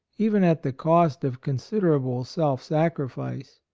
even at the cost of considerable self-sacrifice.